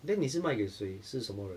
then 你是卖给谁是什么人